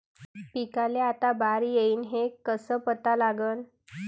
पिकाले आता बार येईन हे कसं पता लागन?